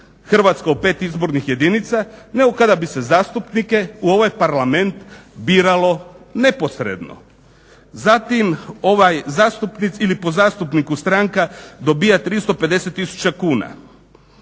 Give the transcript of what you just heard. Hrvatska u pet izbornih jedinica nego kada bi se zastupnike u ovaj Parlament biralo neposredno. Zatim po zastupniku stranka dobiva 350 tisuća kuna.